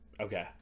Okay